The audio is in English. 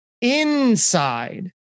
inside